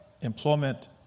employment